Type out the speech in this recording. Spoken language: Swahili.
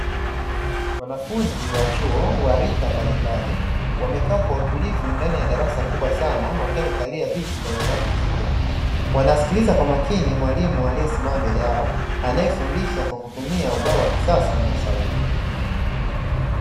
Wanafunzi wa chuo wa rika mbalimbali wamekaa kwa utulivu ndani ya darasa kubwa sana wakiwa wamekalia viti vyenye rangi nyekundu, wanasikiliza kwa makini mwalimu aliyesimama mbele yao anayefundisha kwa kutumia ubao wa kisasa na sauti.